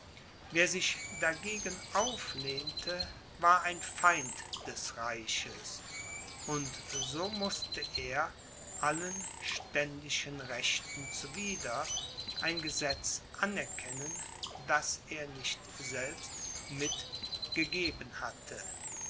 wer sich dagegen auflehnte war ein feind des reiches und so mußte er allen ständischen rechten zuwider ein gesetz anerkennen das er nicht selbst mit gegeben hatte